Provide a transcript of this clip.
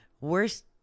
worst